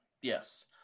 Yes